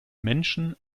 menschen